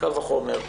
קל וחומר,